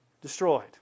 destroyed